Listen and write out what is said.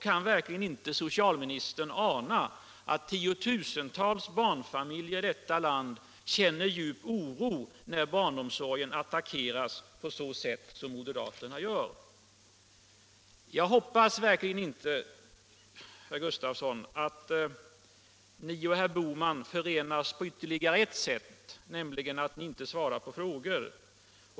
Kan verkligen inte socialministern ana att tiotusentals barnfamiljer i detta land känner en djup oro när barnomsorgen attackeras på ett sådant sätt av moderaterna? Jag hoppas verkligen inte, herr Gustavsson, att ni och herr Bohman förenas på ytterligare ett sätt, nämligen att ni inte svarar på frågor.